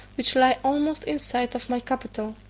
which lie almost in sight of my capital.